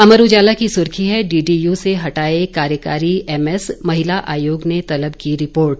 अमर उजाला की सुर्खी है डीडीयू से हटाए कार्यकारी एमएस महिला आयोग ने तलब की रिपोर्ट